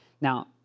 Now